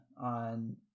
on